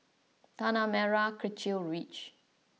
Tanah Merah Kechil Ridge